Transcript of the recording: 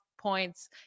points